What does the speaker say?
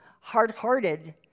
hard-hearted